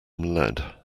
lead